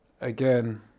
Again